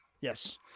Yes